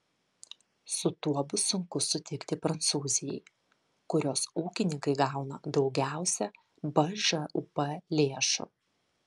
su tuo bus sunku sutikti prancūzijai kurios ūkininkai gauna daugiausiai bžūp lėšų